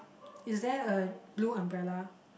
is there a blue umbrella